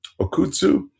Okutsu